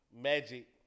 Magic